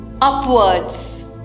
upwards